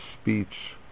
speech